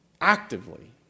actively